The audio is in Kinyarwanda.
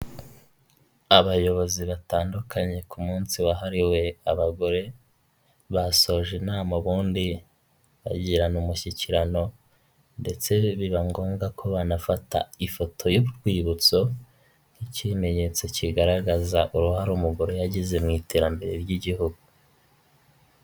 Abagore benshi n'abagabo benshi bicaye ku ntebe bari mu nama batumbiriye imbere yabo bafite amazi yo kunywa ndetse n'ibindi bintu byo kunywa imbere yabo hari amamashini ndetse hari n'indangururamajwi zibafasha kumvikana.